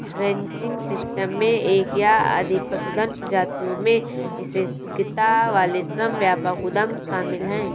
ranching system में एक या अधिक पशुधन प्रजातियों में विशेषज्ञता वाले श्रम व्यापक उद्यम शामिल हैं